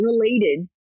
related